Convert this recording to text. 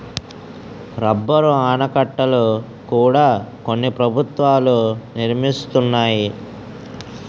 rubber ఆనకట్టల కూడా కొన్ని ప్రభుత్వాలు నిర్మిస్తున్నాయి